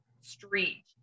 street